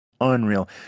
Unreal